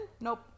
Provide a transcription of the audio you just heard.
Nope